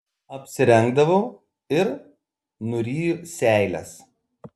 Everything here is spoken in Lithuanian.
apsirengdavau ir nuryju seiles